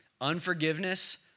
Unforgiveness